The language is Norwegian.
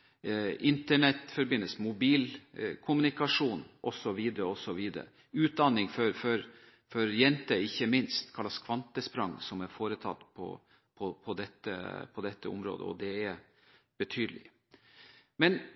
elforsyning, internettforbindelse, mobilkommunikasjon osv. – ikke minst utdanning for jenter, og hvilket kvantesprang som er foretatt på dette området; det er betydelig.